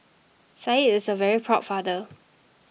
said is a very proud father